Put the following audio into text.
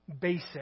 basic